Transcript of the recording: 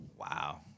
Wow